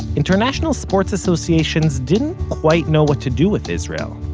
international sports associations didn't quite know what to do with israel.